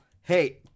hey